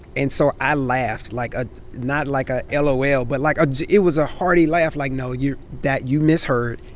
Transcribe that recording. and so i laughed like a not like a a lol a lol, but like it was a hearty laugh like, no. you're that you misheard.